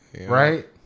Right